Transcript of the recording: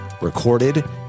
recorded